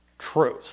Truth